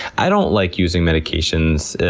i don't like using medications,